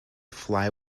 fly